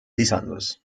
lisandus